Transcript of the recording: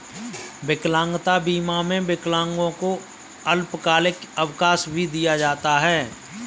विकलांगता बीमा में विकलांगों को अल्पकालिक अवकाश भी दिया जाता है